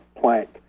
plank